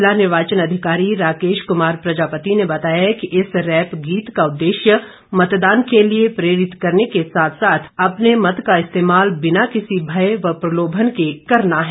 जिला निर्वाचन अधिकारी राकेश कुमार प्रजापति ने बताया कि इस रैप गीत का उद्देश्य मतदान के लिए प्रेरित करने के साथ साथ अपने मत का इस्तेमाल बिना किसी भय व प्रलोभन के करना है